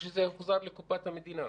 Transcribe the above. או שזה הוחזר לקופת המדינה?